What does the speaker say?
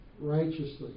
righteously